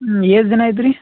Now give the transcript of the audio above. ಹ್ಞೂ ಎಷ್ಟ್ ಜನ ಇದ್ರಿ